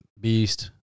beast